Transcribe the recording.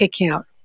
account